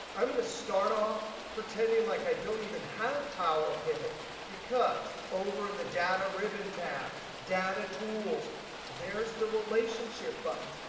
i'm going to start off pretending like i don't even have power pivot because over in the data ribbon tab data tools there's the relationship button.